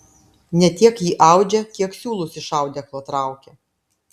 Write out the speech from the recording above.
ne tiek ji audžia kiek siūlus iš audeklo traukia